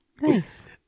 Nice